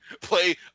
play